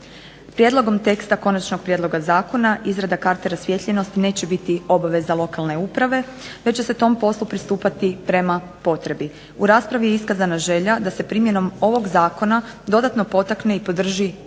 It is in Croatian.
Prijedlogom teksta konačnog prijedloga zakona izrada karte rasvijetljenosti neće biti obaveza lokalne uprave, već se tom poslu pristupati prema potrebi. U raspravi je iskazana želja da se primjenom ovog zakona dodatno potakne i podrži domaća